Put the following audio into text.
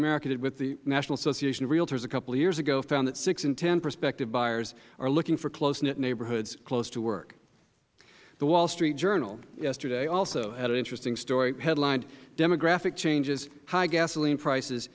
america did with the national association of realtors a couple of years ago found that six in ten prospective buyers are looking for close knit neighborhoods close to work the wall street journal yesterday also had an interesting story headlined demographic changes high gasoline prices